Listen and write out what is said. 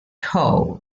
howe